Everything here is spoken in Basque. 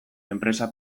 enpresa